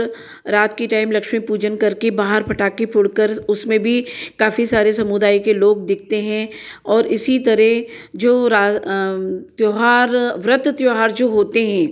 रात के टाइम लक्ष्मी पूजन कर के बाहर फटाके फोड़कर उसमें भी काफ़ी सारे समुदाय के लोग दिखते हैं और इसी तरह जो राज त्योहार व्रत त्योहार जो होते हैं